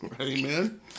Amen